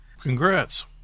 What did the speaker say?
Congrats